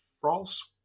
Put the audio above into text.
frost